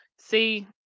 See